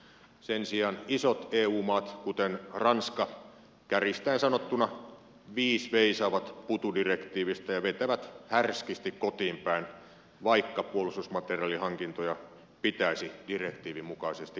sen sijaan isot eu maat kuten ranska kärjistäen sanottuna viis veisaavat putu direktiivistä ja vetävät härskisti kotiin päin vaikka puolustusmateriaalihankintoja pitäisi direktiivin mukaisesti kilpailuttaa